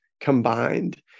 combined